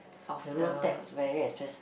the road tax very expensive